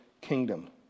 kingdom